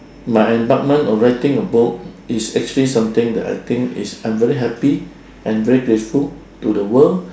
my embarkment of writing a book is actually something that I think is I'm very happy and very grateful to the world